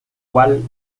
cual